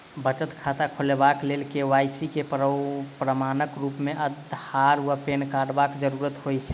बचत खाता खोलेबाक लेल के.वाई.सी केँ प्रमाणक रूप मेँ अधार आ पैन कार्डक जरूरत होइ छै